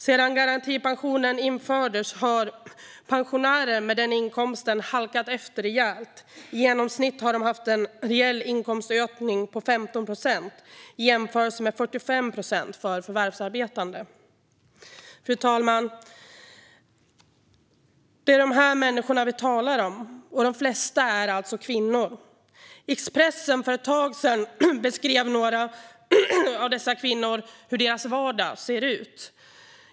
Sedan garantipensionen infördes har pensionärer med den inkomsten halkat efter rejält. I genomsnitt har de haft en reell inkomstökning på 15 procent, i jämförelse med 45 procent för förvärvsarbetande. Fru talman! Det är dessa människor vi talar om. De flesta är alltså kvinnor. I Expressen beskrev för ett tag sedan några av dessa kvinnor hur deras vardag ser ut.